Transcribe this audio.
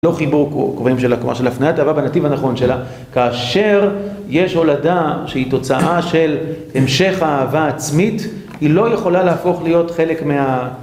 לא חיבוק או כובעים של הפניית אהבה בנתיב הנכון שלה כאשר יש הולדה שהיא תוצאה של המשך האהבה העצמית היא לא יכולה להפוך להיות חלק מה...